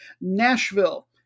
nashville